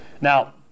Now